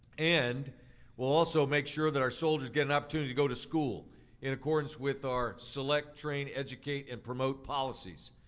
and we'll also make sure that our soldiers get an opportunity to go to school in accordance with our select, train, educate and promote policies.